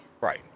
Right